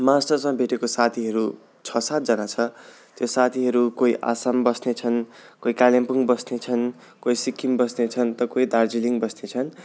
मास्टर्समा भेटेको साथीहरू छ सातजना छ त्यो साथीहरू कोही आसाम बस्ने छन् कोही कालिम्पोङ बस्ने छन् कोही सिक्किम बस्ने छन् त कोही दार्जिलिङ बस्ने छन्